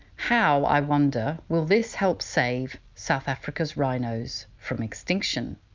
how, i wonder, will this help save south africa's rhinos from extinction?